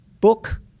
book